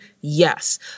Yes